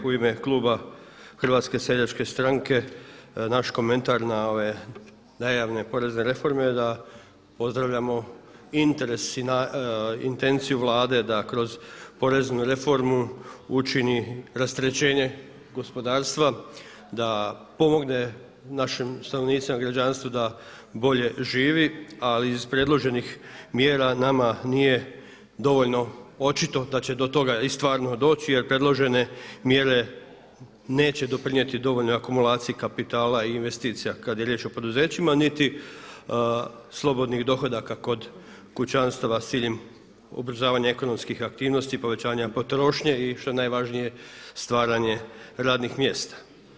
U ime kluba HSS-a naš komentar na ove najavljene porezne reforme je da pozdravljamo interes i intenciju Vlade da kroz poreznu reformu učini rasterećenje gospodarstva da pomogne našim stanovnicima, građanstvu da bolje živi a iz predloženih mjera nama nije dovoljno očito da će do toga i stvarno doći jer predložene mjere neće doprinijeti dovoljno akumulaciji kapitala i investicija kad je riječ o poduzećima niti slobodnih dohodaka kod kućanstava s ciljem ubrzavanja ekonomskih aktivnosti, i povećanja potrošnje i što je najvažnije stvaranje radnih mjesta.